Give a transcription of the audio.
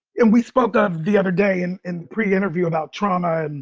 and we spoke of the other day in in the pre-interview about trauma and